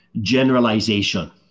generalization